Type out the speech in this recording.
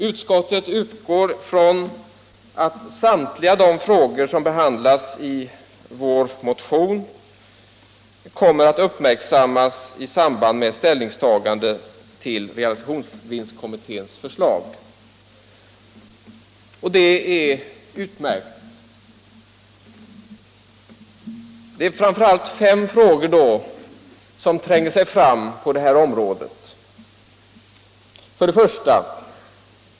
Utskottet utgår från att samtliga de frågor som behandlas i vår motion kommer att uppmärksammas i samband med ställningstagande till realisationsvinstkommitténs förslag. Det är utmärkt. Det är framför allt fem frågor som tränger sig fram på det här området: 1.